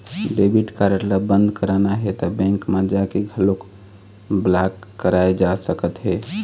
debit card ल बंद कराना हे त बेंक म जाके घलोक ब्लॉक कराए जा सकत हे